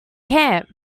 camp